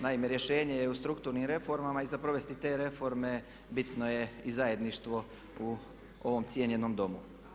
Naime rješenje je u strukturnim reformama i za provesti te reforme bitno je i zajedništvo u ovom cijenjenom Domu.